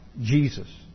Jesus